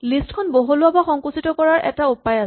list এখন বহলোৱা বা সংকুচিত কৰাৰ আৰু এটা উপায় আছে